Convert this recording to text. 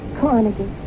Carnegie